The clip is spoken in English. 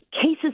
cases